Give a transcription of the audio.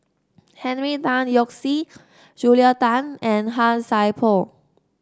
Henry Tan Yoke See Julia Tan and Han Sai Por